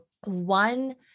one